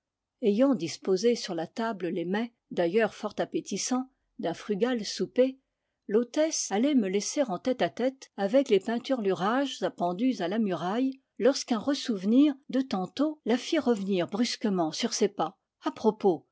ayant disposé sur la table les mets d'ailleurs fort appétissants d'un frugal souper l'hôtesse allait me laisser en tête à tête avec les peinturlu rages appendus à la muraille lorsqu'un ressouvenir de tantôt la fit revenir brusquement sur ses pas a propos